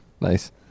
Nice